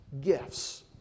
gifts